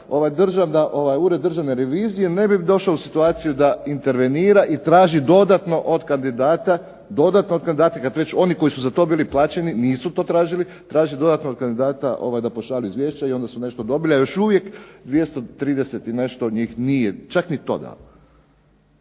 ured državne revizije ne bi došao u situaciju da intervenira i traži dodatno od kandidata, kad već oni koji su za to bili plaćeni nisu to tražili, traže dodatno od kandidata da pošalju izvješća, i onda su nešto dobili, a još uvijek 230 i nešto njih nije čak ni to dalo.